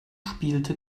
spielte